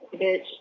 bitch